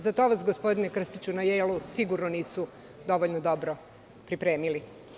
Za to vas gospodine Krstiću, na „Jejlu“ sigurno nisu dovoljno dobro pripremili.